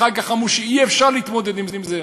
אחר כך אמרו שאי-אפשר להתמודד עם זה.